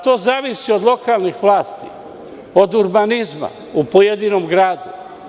To zavisi od lokalnih vlasti, od urbanizma, u pojedinom gradu.